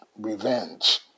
revenge